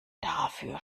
dafür